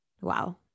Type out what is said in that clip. Wow